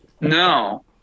No